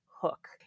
hook